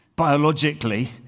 Biologically